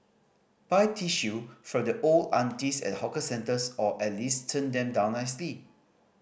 buy tissue from the old aunties at hawker centres or at least turn them down nicely